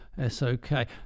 S-O-K